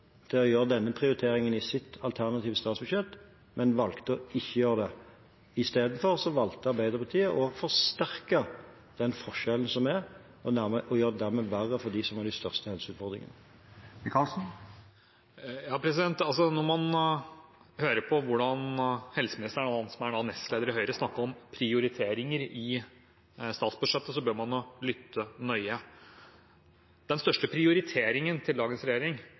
til å gjøre denne prioriteringen i sitt alternative statsbudsjett, men valgte ikke å gjøre det. Istedenfor valgte Arbeiderpartiet å forsterke den forskjellen som er, og gjør det dermed verre for dem som har de største helseutfordringene. Når man hører hvordan helseministeren, som er nestleder i Høyre, snakker om prioriteringer i statsbudsjettet, bør man lytte nøye. Den største prioriteringen til dagens regjering